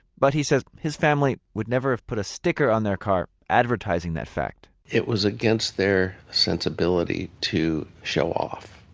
but he says his family would never have put a sticker on their car advertising that fact. it was against their sensibility to show off,